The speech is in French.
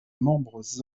membres